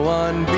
one